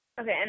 Okay